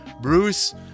Bruce